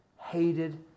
hated